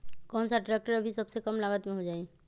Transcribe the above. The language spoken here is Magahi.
कौन सा ट्रैक्टर अभी सबसे कम लागत में हो जाइ?